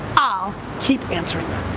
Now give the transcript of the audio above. i'll keep answering